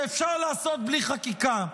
שאפשר לעשות בלי חקיקה.